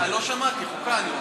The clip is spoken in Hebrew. חוקה אני רוצה, לא שמעתי.